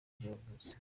bwagutse